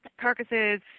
carcasses